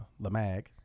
Lamag